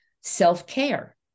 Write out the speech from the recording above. self-care